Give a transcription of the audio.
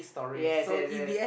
yes yes yes